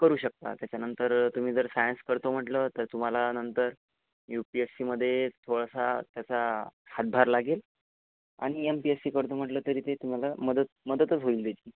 करू शकता त्याच्यानंतर तुम्ही जर सायन्स करतो म्हटलं तर तुम्हाला नंतर यू पी एस सीमध्ये थोडासा याचा हातभार लागेल आणि एम पी एस सी करतो म्हटलं तरी ते तुम्हाला मदत मदतच होईल त्याची